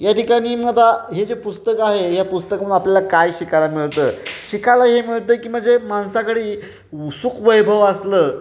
या ठिकाणी मग आता हे जे पुस्तक आहे या पुस्तक मग आपल्याला काय शिकायला मिळतं शिकायला हे मिळतं की म्हणजे माणसाकडे सुखवैभव असलं